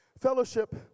Fellowship